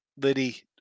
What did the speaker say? Liddy